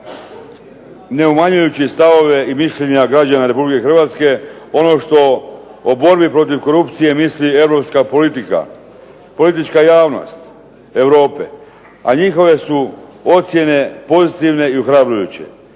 ne umanjujući stavove i mišljenja građana Republike Hrvatske, ono što o borbi protiv korupcije misli europska politika, politička javnost Europe a njihove su ocjene pozitivne i ohrabrujuće